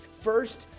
First